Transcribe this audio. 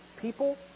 people